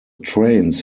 trains